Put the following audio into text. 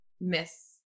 miss